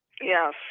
Yes